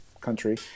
country